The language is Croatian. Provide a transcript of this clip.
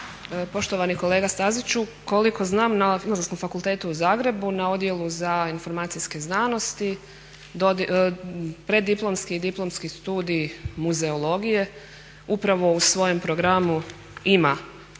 Poštovani kolega Staziću koliko znam na Filozofskom fakultetu u Zagrebu na Odjelu za informacijske znanosti preddiplomski i diplomski studij muzeologije upravo u svojem programu ima